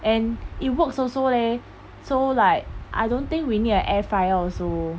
and it works also leh so like I don't think we need a air fryer also